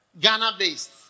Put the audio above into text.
Ghana-based